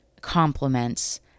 compliments